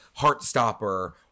Heartstopper